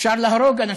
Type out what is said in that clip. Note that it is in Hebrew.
אפשר להרוג אנשים,